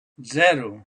zero